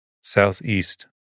Southeast